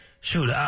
shoot